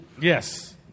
Yes